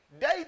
Date